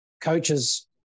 coaches